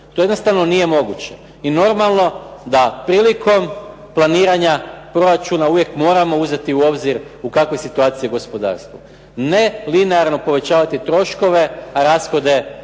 To jednostavno nije moguće. I normalno da prilikom planiranja proračuna uvijek moramo uzeti u obzir u kakvoj je situaciji gospodarstvo. Ne linearno povećavati troškove, a rashode